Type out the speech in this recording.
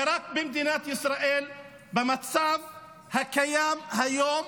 זה רק במדינת ישראל, במצב הקיים היום.